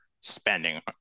spending